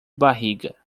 barriga